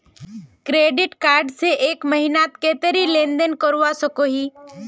Credit card से एक महीनात कतेरी लेन देन करवा सकोहो ही?